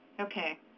Okay